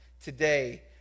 Today